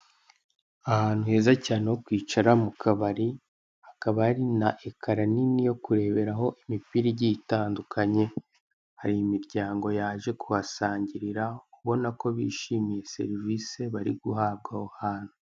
Ahantu heza cyane ho kwicara mu kabari hakaba hari na ekara nini yo kureberaho imipira igiye itandukanye hari imiryango yaje kuhasangirira uru kubona ko bishimiye serivise bari guhabwa aho hantu.